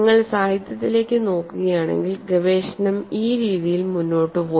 നിങ്ങൾ സാഹിത്യത്തിലേക്ക് നോക്കുകയാണെങ്കിൽ ഗവേഷണം ഈ രീതിയിൽ മുന്നോട്ട് പോയി